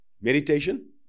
meditation